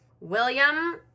William